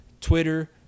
Twitter